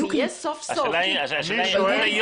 אם יהיה סוף סוף --- השאלה היא למה עד